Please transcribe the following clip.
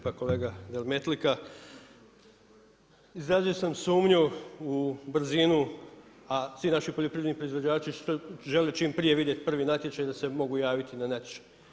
Pa kolega Demetlika, izrazio sam sumnju u brzinu a svi naši poljoprivredni proizvođači žele čim prije vidjeti prvi natječaj da se mogu javiti na natječaj.